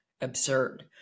absurd